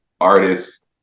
artists